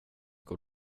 går